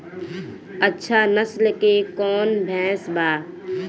अच्छा नस्ल के कौन भैंस बा?